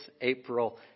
April